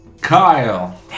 Kyle